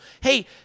hey